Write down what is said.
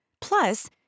Plus